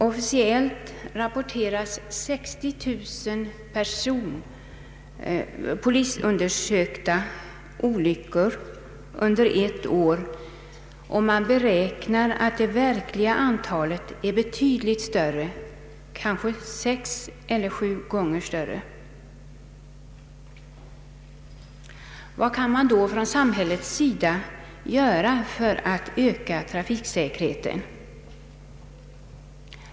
Officiellt rapporteras 60 000 polisundersökta olyckor under ett år, och man beräknar att verkliga antalet är betydligt större, kanske sex eller sju gånger större. Vad kan man då från samhällets sida göra för att öka trafiksäkerheten?